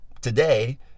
today